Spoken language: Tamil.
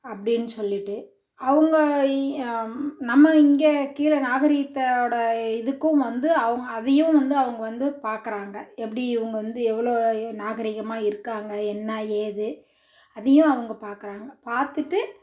அப்படின்னு சொல்லிட்டு அவங்க நம்ம இங்கே கீழே நாகரிகத்தோடய இதுக்கும் வந்து அவங்க அதையும் வந்து அவங்க வந்து பார்க்குறாங்க எப்படி இவங்க வந்து எவ்வளோ நாகரிகமாக இருக்காங்க என்ன ஏது அதையும் அவங்க பார்க்குறாங்க பார்த்துட்டு